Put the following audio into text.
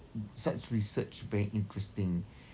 such research very interesting